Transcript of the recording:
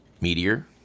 meteor